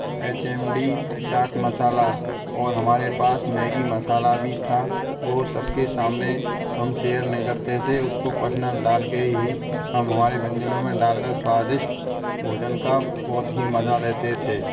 H M D chaat masala और हमारे पास मैगी मसाला भी था वो सबके सामने हम शेयर नहीं करते थे उसको पह्नर डाल के ही हम हमारे व्यंजनों में डाल कर स्वादिष्ट भोजन का बहुत ही मज़ा लेते थे